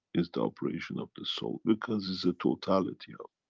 is the operation of the soul. because it's a totality of